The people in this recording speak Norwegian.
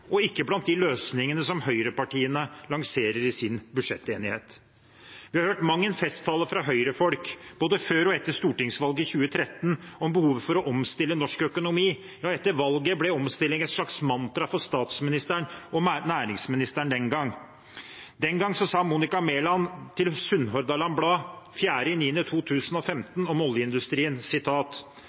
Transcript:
og ikke blant de løsningene som høyrepartiene lanserer i sin budsjettenighet. Vi har hørt mang en festtale fra Høyre-folk, både før og etter stortingsvalget i 2013, om behovet for å omstille norsk økonomi. Ja, etter valget ble omstilling et slags mantra for statsministeren og næringsministeren den gang. Den gang sa Monica Mæland til Bladet Sunnhordland 4. september 2015 om oljeindustrien: